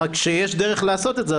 רק שיש דרך לעשות את זה,